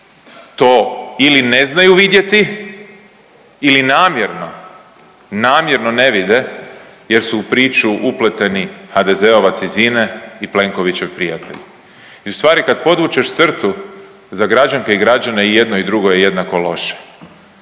to ili ne znaju vidjeti ili namjerno, namjerno ne vide jer su u priču upleteni HDZ-ovac iz INA-e i Plenkovićev prijatelj i u stvari kad podvučeš crtu za građanke i građane i jedno i drugo je jednako loše,